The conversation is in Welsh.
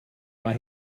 mae